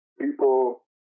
people